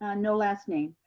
ah no last name.